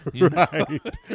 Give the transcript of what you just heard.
Right